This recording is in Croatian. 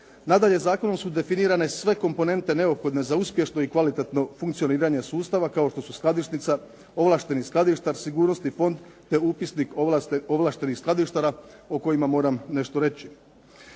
Nadalje, zakonom su definirane sve komponente neophodne za uspješno i kvalitetno funkcioniranje sustava kao što su skladišnica, ovlašteni skladištar, sigurnosni fond te upisnik ovlaštenih skladištara o kojima moram nešto reći.